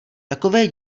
takové